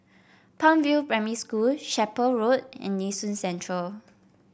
Palm View Primary School Chapel Road and Nee Soon Central